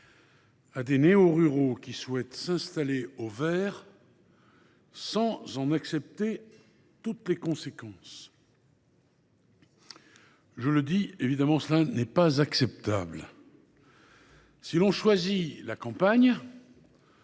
à des néoruraux souhaitant s’installer au vert sans en accepter toutes les conséquences. Je le dis, cela n’est pas acceptable. Si l’on choisit la campagne,